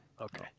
okay